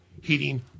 Heating